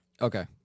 Okay